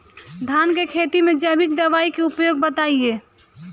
धान के खेती में जैविक दवाई के उपयोग बताइए?